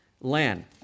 land